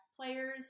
players